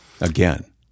Again